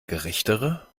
gerechtere